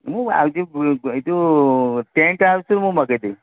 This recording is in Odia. ମୁଁ ଆଉ ଯେଉଁ ଏଇ ଯେଉଁ ଟେଣ୍ଟହାଉସ୍ ମୁଁ ମଗେଇ ଦେବି